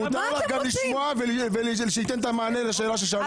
מותר לך גם לשמוע ושייתן את המענה לשאלה ששאלו אותו.